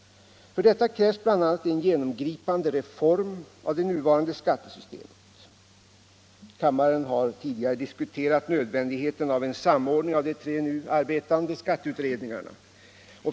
För detta krävs bl.a. en genomgripande reform av det nuvarande skattesystemet. Kammaren har tidigare diskuterat nödvändigheten av en samordning av de tre nu arbetande skatteutredningarna.